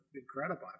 incredible